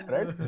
Right